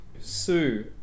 Sue